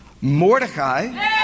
Mordecai